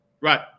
Right